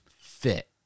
fit